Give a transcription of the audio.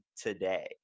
today